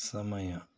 ಸಮಯ